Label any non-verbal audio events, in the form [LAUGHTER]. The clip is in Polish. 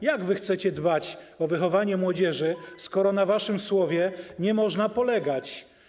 Jak chcecie dbać o wychowanie młodzieży, [NOISE] skoro na waszym słowie nie można polegać.